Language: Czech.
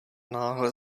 náhle